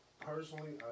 personally